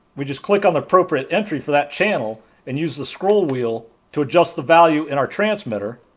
we just click on the appropriate entry for that channel and use the scroll wheel to adjust the value in our transmitter